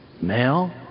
Male